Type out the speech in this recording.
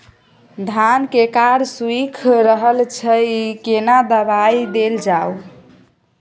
धान के कॉर सुइख रहल छैय केना दवाई देल जाऊ?